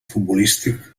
futbolístic